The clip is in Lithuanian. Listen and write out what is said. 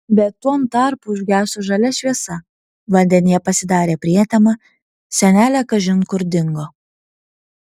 bet tuom tarpu užgeso žalia šviesa vandenyje pasidarė prietema senelė kažin kur dingo